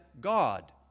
God